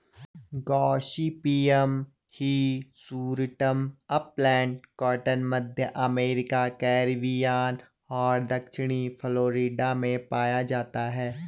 Gossypium hirsutum upland cotton, मध्य America, Caribbean और दक्षिणी फ्लोरिडा में पाया जाता है